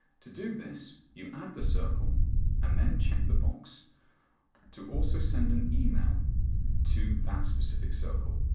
to do this, you add the circle and then check the box to also send an email to that specific circle.